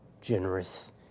generous